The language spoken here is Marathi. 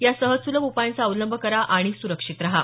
या सहज सुलभ उपायांचा अवलंब करा आणि सुरक्षित रहा